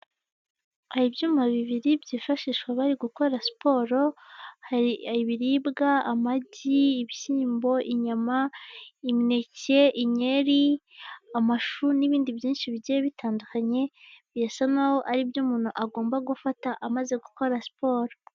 Hari ibyuma bibiri byifashishwa bari gukora siporo, hari ibiribwa, amagi, ibishyimbo, inyama, imineke, inyeri, amashu, n'ibindi byinshi bigiye bitandukanye, birasa naho aribyo umuntu agomba gufata amaze gukora siporo.